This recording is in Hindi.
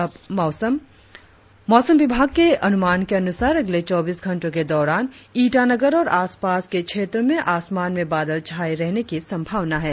और अब मौसम मौसम विभाग के अनुमान के अनुसार अगले चौबीस घंटो के दौरान ईटानगर और आसपास के क्षेत्रो में आसमान में बादल छाये रहने की संभावना है